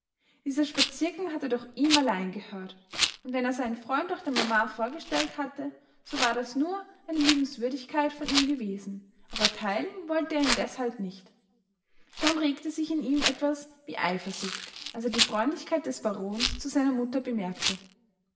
dieser spaziergang hatte doch ihm allein gehört und wenn er seinen freund auch der mama vorgestellt hatte so war das nur eine liebenswürdigkeit von ihm gewesen aber teilen wollte er ihn deshalb nicht schon regte sich in ihm etwas wie eifersucht als er die freundlichkeit des barons zu seiner mutter bemerkte